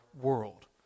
world